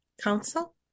council